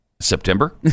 September